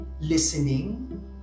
listening